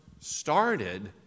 started